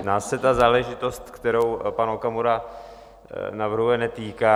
Nás se ta záležitost, kterou pan Okamura navrhuje, netýká.